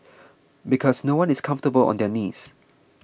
because no one is comfortable on their knees